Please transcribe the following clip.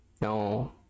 No